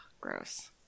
gross